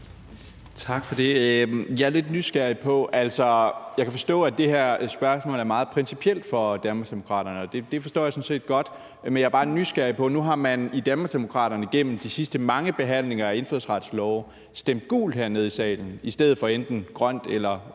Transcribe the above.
Tak for det. Jeg er lidt nysgerrig på noget. Altså, jeg kan forstå, at det her spørgsmål er meget principielt for Danmarksdemokraterne, og det forstår jeg sådan set godt. Jeg er bare nysgerrig, for nu har man i Danmarksdemokraterne igennem de sidste mange behandlinger af indfødsretslovforslag stemt gult hernede i salen i stedet for enten grønt eller rødt.